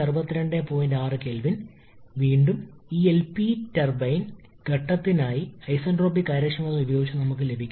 ഇതിനെ polytropic compression എന്നും സംസ്ഥാനത്തിന്റെ അനുയോജ്യമായ വാതക സമവാക്യം എന്നും വിളിക്കണം